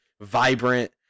vibrant